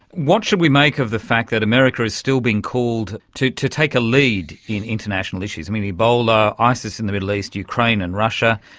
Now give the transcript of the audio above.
what should we make of the fact that america is still being called to to take a lead in international issues? ebola, isis in the middle east, ukraine and russia.